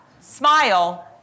smile